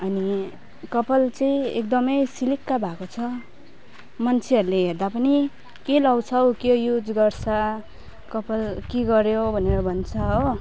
अनि कपाल चाहिँ एकदम सिलिक्क भएको छ मान्छेहरूले हेर्दा पनि के लगाउँछौँ के युज गर्छ कपाल के गऱ्यो भनेर भन्छ हो